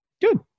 Good